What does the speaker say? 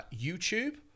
YouTube